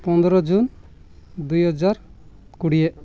ପନ୍ଦର ଜୁନ୍ ଦୁଇହଜାର କୋଡ଼ିଏ